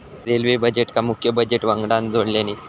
railway बजेटका मुख्य budget वंगडान जोडल्यानी